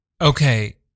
Okay